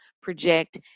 project